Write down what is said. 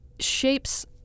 shapes